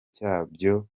cyabyo